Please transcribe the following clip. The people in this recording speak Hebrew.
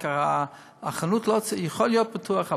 החנות יכולה להיות פתוחה,